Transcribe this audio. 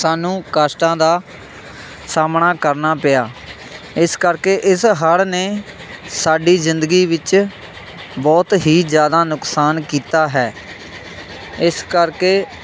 ਸਾਨੂੰ ਕਸ਼ਟਾਂ ਦਾ ਸਾਹਮਣਾ ਕਰਨਾ ਪਿਆ ਇਸ ਕਰਕੇ ਇਸ ਹੜ੍ਹ ਨੇ ਸਾਡੀ ਜ਼ਿੰਦਗੀ ਵਿੱਚ ਬਹੁਤ ਹੀ ਜ਼ਿਆਦਾ ਨੁਕਸਾਨ ਕੀਤਾ ਹੈ ਇਸ ਕਰਕੇ